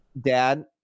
Dad